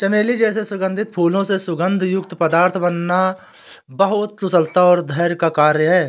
चमेली जैसे सुगंधित फूलों से सुगंध युक्त पदार्थ बनाना बहुत कुशलता और धैर्य का कार्य है